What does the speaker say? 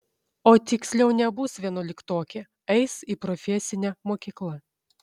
o tiksliau nebus vienuoliktokė eis į profesinę mokyklą